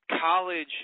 college